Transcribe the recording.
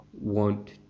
want